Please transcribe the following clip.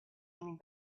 turning